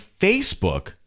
Facebook